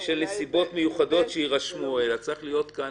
בשל נסיבות מיוחדות שיירשמו, אלא צריך להיות כאן